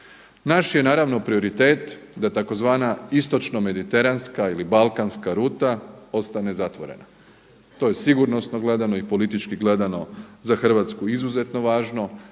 Naš je naravno prioritet da tzv. istočno mediteranska ili balkanska ruta ostane zatvorena. To je sigurnosno gledano i politički gledano za Hrvatsku izuzetno važno